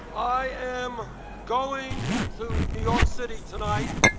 i am going to new york city tonight